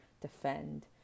defend